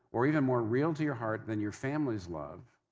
are even more real to your heart than your family's love,